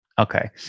Okay